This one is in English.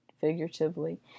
figuratively